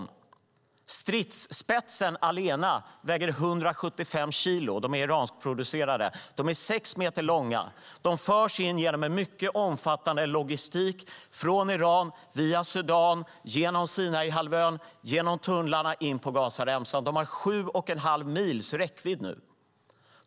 Bara stridsspetsarna väger 175 kilo och är iranskproducerade. De är sex meter långa och förs in genom en mycket omfattande logistik - från Iran, via Sudan, genom Sinaihalvön, genom tunnlarna och in på Gazaremsan. De har sju och en halv mils räckvidd.